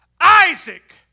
Isaac